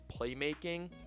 playmaking